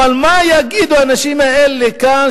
אבל מה יגידו האנשים האלה כאן?